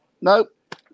nope